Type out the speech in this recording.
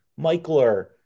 Michler